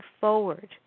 forward